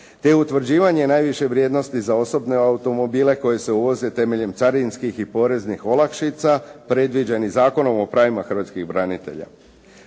te utvrđivanje najviše vrijednosti za osobne automobile koji se uvoze temeljem carinskih i poreznih olakšica, predviđenih zakonom o pravima hrvatskih branitelja.